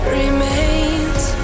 remains